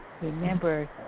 remember